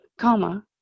Comma